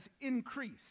increased